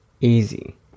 easy